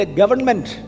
government